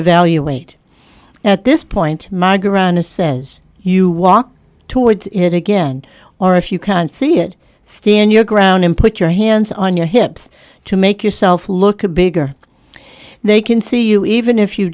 evaluate at this point my granda says you walk towards it again or if you can see it stand your ground and put your hands on your hips to make yourself look a bigger they can see you even if you